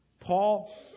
Paul